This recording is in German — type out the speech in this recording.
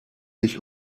sich